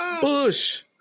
Bush